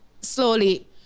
slowly